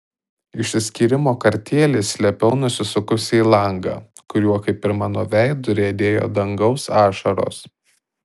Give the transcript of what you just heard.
išsiskyrimo kartėlį slėpiau nusisukusi į langą kuriuo kaip ir mano veidu riedėjo dangaus ašaros